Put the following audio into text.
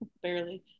Barely